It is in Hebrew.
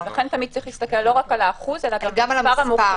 לכן תמיד צריך להסתכל לא רק על האחוז אלא גם על המספר המוחלט.